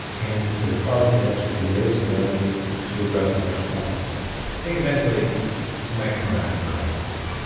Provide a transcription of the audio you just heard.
and through a carbon tax, we can raise some revenue to address some other problems so you think eventually we might come around to a carbon tax